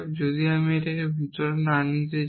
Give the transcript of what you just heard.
যদি আমি এটিকে ভিতরে না নিতে যাই